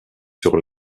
sur